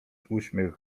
uśmiech